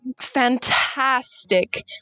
fantastic